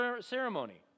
ceremony